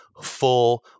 Full